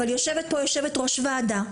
אבל יושבת פה יושבת-ראש ועדה,